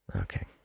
Okay